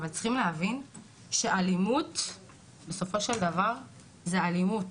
אבל צריכים להבין שאלימות בסופו של דבר זה אלימות.